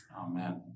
Amen